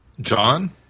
John